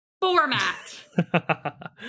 Format